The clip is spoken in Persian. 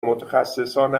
متخصصان